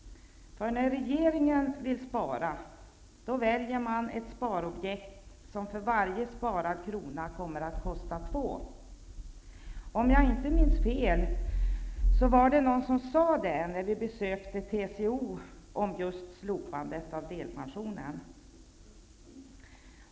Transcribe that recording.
är regeringen vill spara, väljer man sådana sparobjekt som för varje sparad krona kommer att kosta 2 kronor. Om jag inte minns fel, var det någon som sade detta när vi besökte TCO för att diskutera just slopandet av delpensionen.